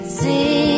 see